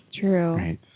true